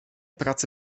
pracy